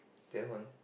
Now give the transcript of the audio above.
then when